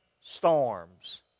storms